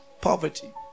poverty